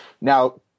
Now